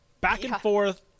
back-and-forth